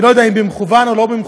אני לא יודע אם במכוון או לא במכוון,